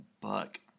buck